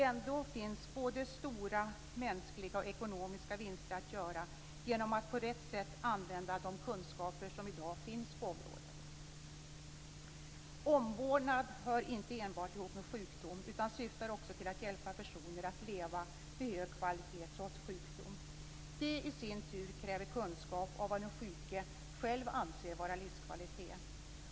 Ändå finns både stora mänskliga och ekonomisk vinster att göra genom att på rätt sätt använda de kunskaper som i dag finns på området. Omvårdnad hör inte enbart ihop med sjukdom utan syftar också till att hjälpa personer att leva med hög kvalitet trots sjukdom. Det i sin tur kräver kunskap om vad den sjuke själv anser vara livskvalitet.